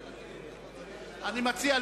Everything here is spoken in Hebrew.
אני מציע,